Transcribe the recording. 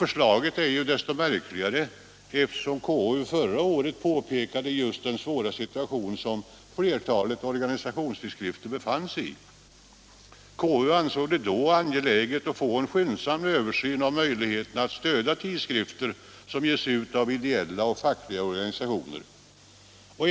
Förslaget är desto märkligare som konstitutionsutskottet förra året påpekade just den svåra situation som flertalet organisationstidskrifter befann sig i. Konstitutionsutskottet ansåg det då angeläget att få en skyndsam översyn av möjligheterna att stödja tidskrifter som ges ut av ideella och fackliga organisationer.